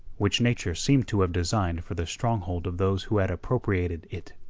which nature seemed to have designed for the stronghold of those who had appropriated it.